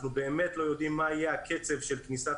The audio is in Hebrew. אנחנו באמת לא יודעים מה יהיה הקצב של כניסת